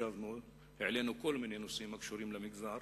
ישבנו, העלינו כל מיני נושאים הקשורים למגזר,